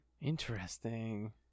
Interesting